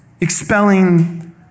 expelling